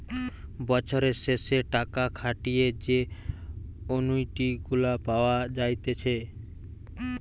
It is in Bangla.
বছরের শেষে টাকা খাটিয়ে যে অনুইটি গুলা পাওয়া যাইতেছে